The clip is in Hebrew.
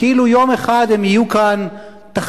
כאילו יום אחד הם יהיו כאן תחתינו,